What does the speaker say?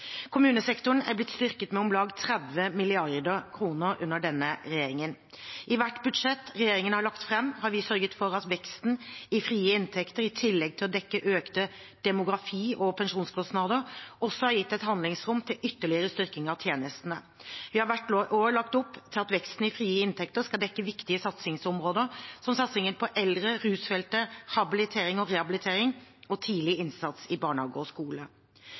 Kommunesektoren er blitt styrket med om lag 30 mrd. kr under denne regjeringen. I hvert budsjett regjeringen har lagt fram, har vi sørget for at veksten i frie inntekter, i tillegg til å dekke økte demografi- og pensjonskostnader, også har gitt et handlingsrom til ytterligere styrking av tjenestene. Vi har hvert år lagt opp til at veksten i frie inntekter skal dekke viktige satsingsområder som satsingen på eldre, rusfeltet, habilitering og rehabilitering og tidlig innsats i barnehage og skole.